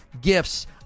gifts